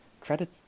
credit